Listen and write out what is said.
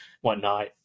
whatnot